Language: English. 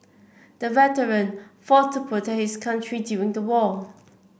the veteran fought to protect his country during the war